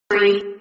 Three